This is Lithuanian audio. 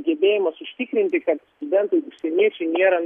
gebėjimas užtikrinti kad studentai užsieniečiai nėra